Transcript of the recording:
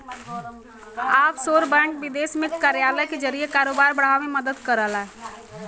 offshore bank विदेश में कार्यालय के जरिए कारोबार बढ़ावे में मदद करला